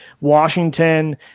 Washington